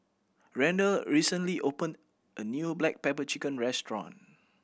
Randal recently opened a new black pepper chicken restaurant